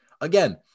Again